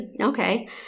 okay